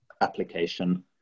application